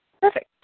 Perfect